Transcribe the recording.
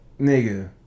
Nigga